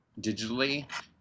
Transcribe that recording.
digitally